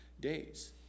days